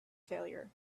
failure